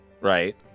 Right